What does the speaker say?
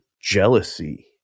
jealousy